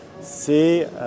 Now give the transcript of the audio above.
c'est